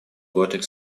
gothic